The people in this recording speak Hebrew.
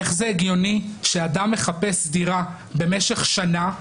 איך זה הגיוני שאדם מחפש דירה במשך שנה,